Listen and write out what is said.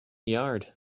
yard